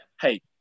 hey